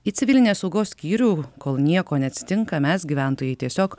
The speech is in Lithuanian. į civilinės saugos skyrių kol nieko neatsitinka mes gyventojai tiesiog